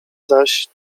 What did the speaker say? zaś